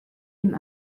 dem